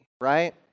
right